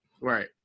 Right